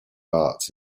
arts